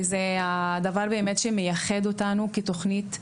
ילד וזה הדבר באמת שמייחד אותנו כתוכנית.